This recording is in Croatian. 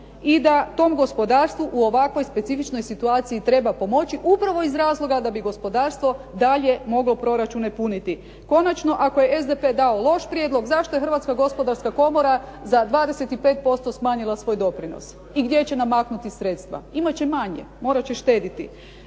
i da tom gospodarstvu u ovakvoj specifičnoj situaciji treba pomoći upravo iz razloga da bi gospodarstvo dalje moglo proračune puniti. Konačno, ako je SDP dao loš prijedlog zašto je Hrvatska gospodarska komora za 25% smanjila svoj doprinos i gdje će namaknuti sredstva? Imat će manje, morat će štedjeti.